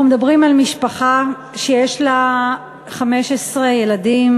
אנחנו מדברים על משפחה שיש לה 15 ילדים,